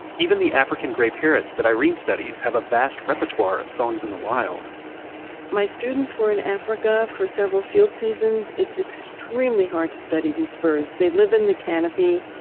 even the african grey parrots that irene studies have a vast repertoire of songs in the wild my students were in africa for several field seasons. it's extremely hard to study these birds. they live in the canopy.